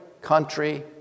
country